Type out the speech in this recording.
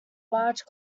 large